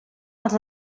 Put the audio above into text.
els